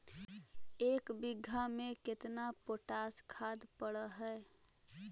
एक बिघा में केतना पोटास खाद पड़ है?